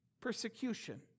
persecution